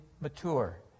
mature